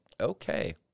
Okay